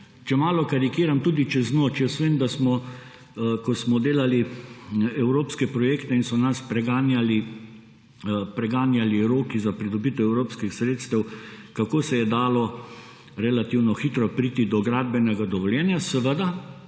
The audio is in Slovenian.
Če malo karikiram, tudi čez noč. Vem, da smo, ko smo delali evropske projekte in so nas preganjali roki za pridobitev evropskih sredstev, kako se je dalo relativno hitro priti do gradbenega dovoljenja, seveda